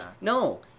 no